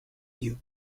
lieux